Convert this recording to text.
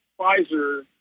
pfizer